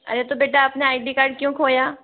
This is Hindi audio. अरे तो बेटा आपने आई डी कार्ड क्यों खोया